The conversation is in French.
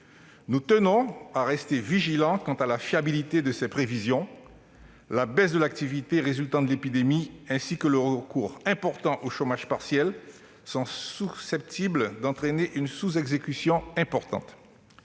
Nous tenons à rester vigilants quant à la fiabilité de ces prévisions, parce que la baisse de l'activité qui résulte de l'épidémie et le recours important au chômage partiel sont susceptibles d'entraîner une sous-exécution importante.